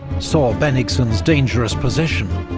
saw bennigsen's dangerous position,